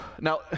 Now